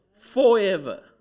forever